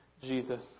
Jesus